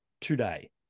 today